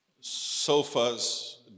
sofas